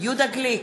יהודה גליק,